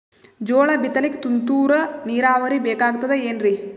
ಜೋಳ ಬಿತಲಿಕ ತುಂತುರ ನೀರಾವರಿ ಬೇಕಾಗತದ ಏನ್ರೀ?